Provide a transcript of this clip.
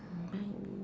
buy me